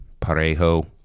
parejo